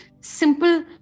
simple